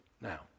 Now